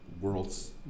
world's